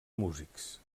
músics